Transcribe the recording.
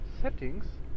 Settings